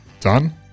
Done